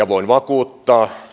voin vakuuttaa